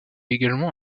également